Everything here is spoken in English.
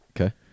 Okay